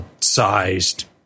sized